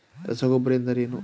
ರಸಗೊಬ್ಬರ ಎಂದರೇನು?